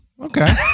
okay